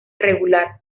regular